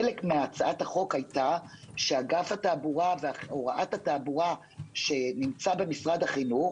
חלק מהצעת החוק היתה שאגף התעבורה והוראת התעבורה שנמצא במשרד החינוך,